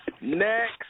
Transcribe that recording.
next